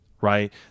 right